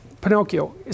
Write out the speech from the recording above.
Pinocchio